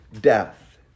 death